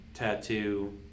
tattoo